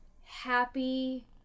happy